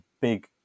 big